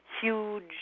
huge